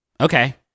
okay